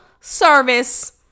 service